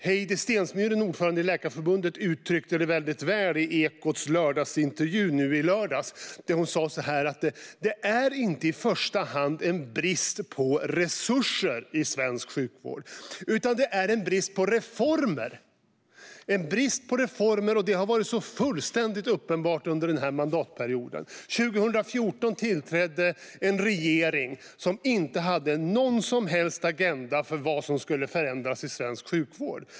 Heidi Stensmyren, ordförande i Läkarförbundet, uttryckte det väl i Ekots lördagsintervju i lördags när hon sa: Det är inte i första hand brist på resurser i svensk sjukvård, utan det är brist på reformer. Detta har varit fullständigt uppenbart under denna mandatperiod. År 2014 tillträdde en regering som inte hade någon som helst agenda för vad som skulle förändras i svensk sjukvård.